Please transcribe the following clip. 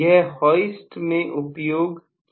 यह होइस्ट में उपयोग की जाती है